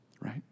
right